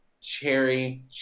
cherry